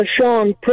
Sean